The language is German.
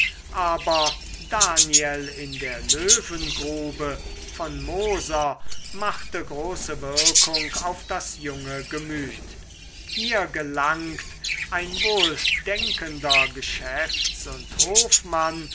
aber daniel in der löwengrube von moser machte große wirkung auf das junge gemüt hier gelangt ein wohldenkender geschäfts und hofmann